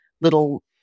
little